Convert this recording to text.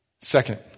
Second